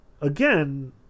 again